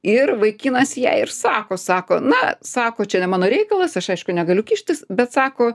ir vaikinas jai ir sako sako na sako čia ne mano reikalas aš aišku negaliu kištis bet sako